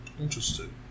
Interesting